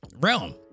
realm